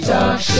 Talk